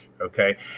okay